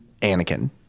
Anakin